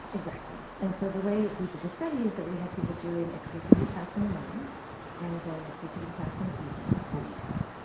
exactly and so the way we did the study is that we had people doing a creativity task in the morning and then a creativity task in the evening. what was the task?